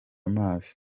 amazi